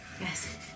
Yes